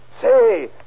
Say